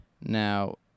Now